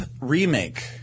remake